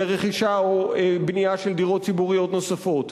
לרכישה או בנייה של דירות ציבוריות נוספות?